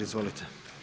Izvolite.